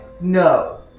no